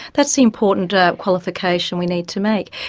that's the important ah qualification we need to make.